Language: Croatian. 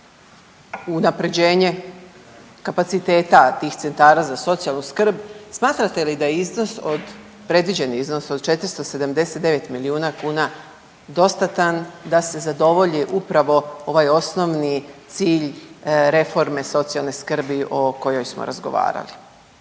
unapređenje kapaciteta tih centara za socijalnu skrb smatrate li da je iznos, predviđeni iznos od 479 milijuna kuna dostatan da se zadovolji upravo ovaj osnovni cilj reforme socijalne skrbi o kojoj smo razgovarali?